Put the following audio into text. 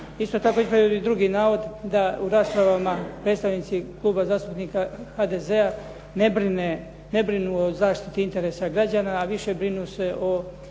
Isto tako ispravio bih drugi navod da u raspravama predstavnici Kluba zastupnika HDZ-a ne brinu o zaštiti interesa građana a više brinu se o